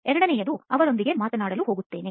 ಎರಡನೆಯದು ಅವರೊಂದಿಗೆ ಮಾತನಾಡಲು ಹೋಗುತ್ತೇನೆ